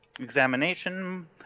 Examination